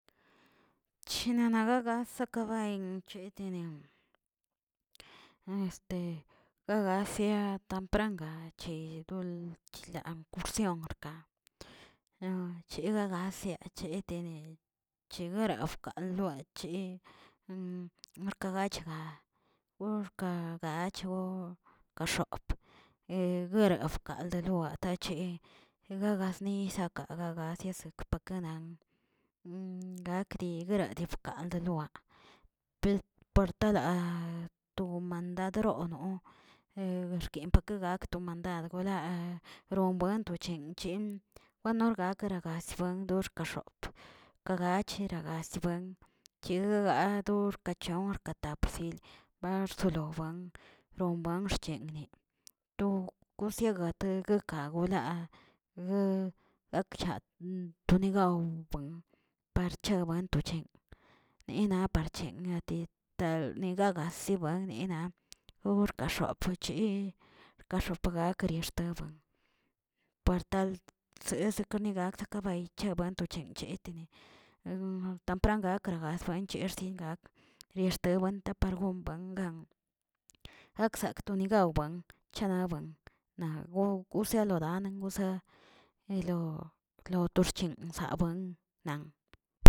Chenananagaz kabay chetenen, este gagazia tan pranga che do chlaa kursionk' chegagacia chetene chegarfkalda che arkagachka, worka gachbꞌ kaxop, guerb xkald boatachi guegazni sekagazie sekpakanan, gakdi guerabkigaꞌ deloaꞌ, pelt portala to mandradono guexkin pake gak to mandad gola rombuen to chin- chin wanorgak garagak buen doxka xop, ka gacherasibuen chuu gar' kaxchon tap sil, ba rsolo wan romboan xchegꞌni to kosiogate guekagolaa, guekllati tonigaw buin parcha buan to chen, neꞌna parche ngati tal nigagasiba ninawogaxkaxope chii ka xop gakr xetabran, par tal se sekinigak de kabay chabuan to chencheteni tampran gakrgakzoen cheꞌ zin gakə xierte wen par gombangan, jaksakꞌ toni gawban, chan buen, naꞌ gusoe lodani gosa elo to xchenzabuen nan.